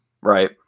Right